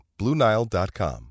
BlueNile.com